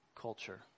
culture